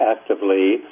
actively